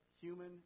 human